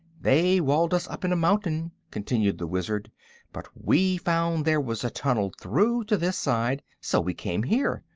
they walled us up in a mountain, continued the wizard but we found there was a tunnel through to this side, so we came here.